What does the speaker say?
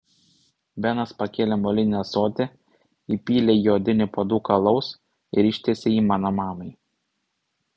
benas pakėlė molinį ąsotį įpylė į odinį puoduką alaus ir ištiesė jį mano mamai